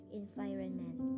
environment